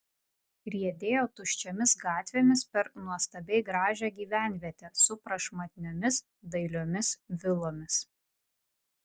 riedėjo tuščiomis gatvėmis per nuostabiai gražią gyvenvietę su prašmatniomis dailiomis vilomis